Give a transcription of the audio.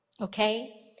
okay